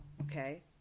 okay